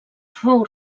fou